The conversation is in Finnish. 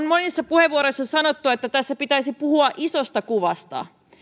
monissa puheenvuoroissa on sanottu että tässä pitäisi puhua isosta kuvasta